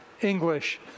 English